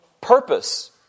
purpose